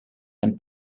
and